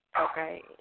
okay